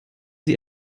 sie